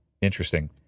Interesting